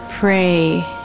pray